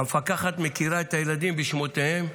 המפקחת מכירה את הילדים בשמותיהם,